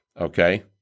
Okay